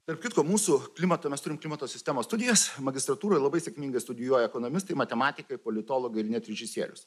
tarp kitko mūsų klimato mes turim klimato sistemos studijas magistratūroj labai sėkmingai studijuoja ekonomistai matematikai politologai ir net režisierius